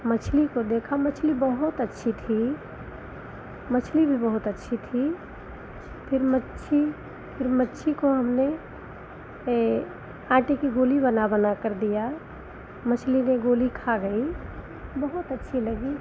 मछली को देखा मछली बहुत अच्छी थी मछली भी बहुत अच्छी थी फिर मच्छी फिर मच्छी को हमने आटे की गोली बना बनाकर दिया मछली गोली खा गई बहुत अच्छी लगी